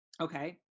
Okay